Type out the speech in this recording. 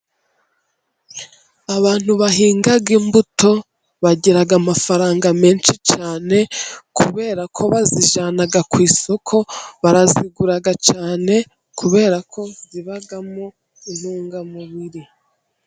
Abantu bahinga imbuto bagira amafaranga menshi cyane kubera ko bazijyana ku isoko, barazigura cyane kubera ko zibamo intungamubiri.